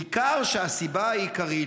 ניכר שהסיבה העיקרית,